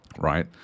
right